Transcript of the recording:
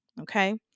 Okay